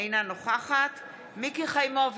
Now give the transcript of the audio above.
אינה נוכחת מיקי חיימוביץ'